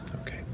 Okay